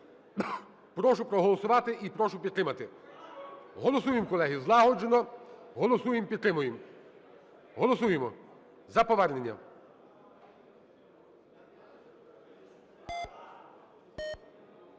Прошу проголосувати і прошу підтримати. Голосуємо, колеги, злагоджено. Голосуємо, підтримуємо. Голосуємо за повернення.